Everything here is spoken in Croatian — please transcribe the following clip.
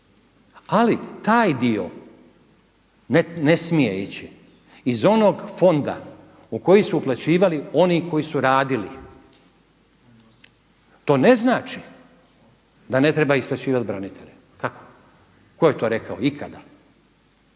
Ali taj dio ne smije ići iz onog fonda u koji su uplaćivali oni koji su radili. To ne znači da ne treba isplaćivati branitelje. Kako? Tko je to rekao ikada?